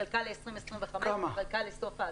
חלקה ל-2025, וחלקה לסוף העשור.